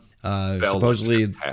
Supposedly